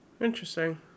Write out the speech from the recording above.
Interesting